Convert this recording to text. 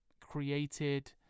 created